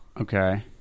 Okay